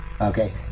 Okay